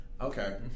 Okay